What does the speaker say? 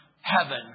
heaven